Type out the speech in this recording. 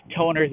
toners